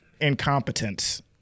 Incompetence